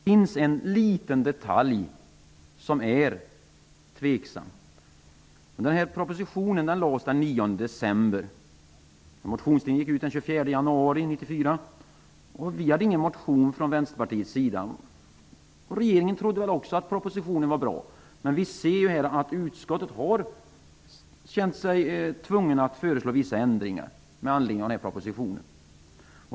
Herr talman! I skatteutskottets betänkande 29 behandlas frågan om ny mervärdesskattelag. Till betänkandet har inga reservationer fogats. Betänkandet kan tyckas okonventionellt, men det finns en liten detalj som är tveksam. Vänsterpartiet väckte inte någon motion, och regeringen trodde väl också att propositionen var bra. Men vi ser att utskottet har känt sig tvunget att föreslå vissa ändringar med anledning av propositionen.